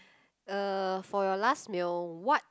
uh for your last meal what